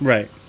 Right